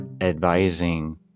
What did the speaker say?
advising